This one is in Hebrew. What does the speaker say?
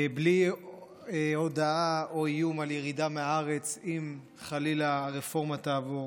בלי הודעה או איום על ירידה מהארץ אם חלילה הרפורמה תעבור,